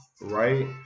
right